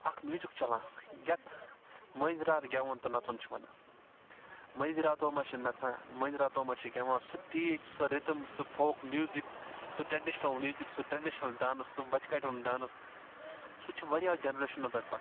اَکھ میوٗزِک چَلان یَتھ مٲنٛزِ رات گیٚوُن تہٕ نَژُن چھِ وَنان مٲنٛزِ راتو منٛز چھِ نَژان مٲنٛزِ راتو منٛز چھِ گیٚوان سُہ ٹیٖچ سۄ رِدٕم سُہ فوٗک میوٗزِک سُہ ٹرٛیٚڈِشنَل میوٗزِک سُہ ٹرٛیٚڈِشنَل ڈانٕس سُہ بَچہِ کَٹہِ ہُنٛد ڈانٕس سُہ چھُ واریاہو جَنریشَنو پٮ۪ٹھ پَکان